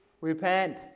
Repent